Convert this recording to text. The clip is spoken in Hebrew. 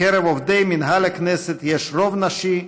בקרב עובדי מינהל הכנסת יש רוב נשי,